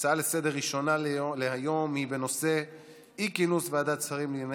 הראשונה להיום היא בנושא אי-כינוס ועדת שרים לענייני